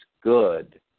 good